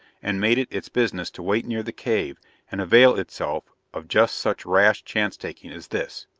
and made it its business to wait near the cave and avail itself of just such rash chance-taking as this.